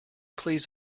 please